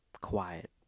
quiet